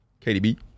KDB